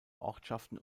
ortschaften